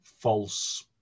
false